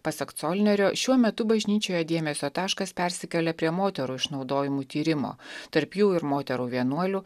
pasak colnerio šiuo metu bažnyčioje dėmesio taškas persikelia prie moterų išnaudojimų tyrimo tarp jų ir moterų vienuolių